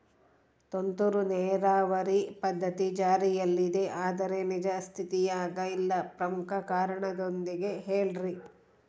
ತುಂತುರು ನೇರಾವರಿ ಪದ್ಧತಿ ಜಾರಿಯಲ್ಲಿದೆ ಆದರೆ ನಿಜ ಸ್ಥಿತಿಯಾಗ ಇಲ್ಲ ಪ್ರಮುಖ ಕಾರಣದೊಂದಿಗೆ ಹೇಳ್ರಿ?